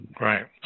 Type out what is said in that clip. Right